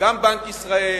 גם בנק ישראל,